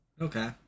Okay